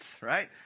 right